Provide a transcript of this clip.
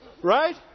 Right